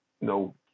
No